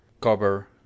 Cover